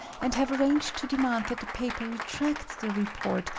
and have arranged to demand that the paper retract the report,